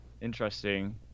Interesting